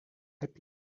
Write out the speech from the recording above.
happy